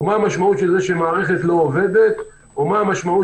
מה המשמעות של זה שמערכת לא עובדת או מה המשמעות